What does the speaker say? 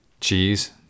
Cheese